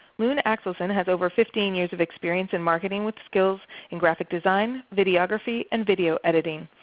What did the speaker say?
lune axels and has over fifteen years of experience in marketing with skills in graphic design, videography, and video editing.